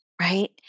right